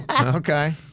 Okay